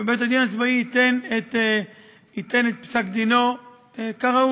ובית-הדין הצבאי ייתן את פסק-דינו כראוי.